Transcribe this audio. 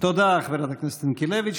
תודה, חברת הכנסת ינקלביץ'.